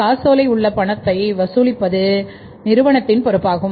காசோலை உள்ள பணத்தை வசூலிப்பது நிறுவனத்தின் பொறுப்பாகும்